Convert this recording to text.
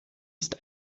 ist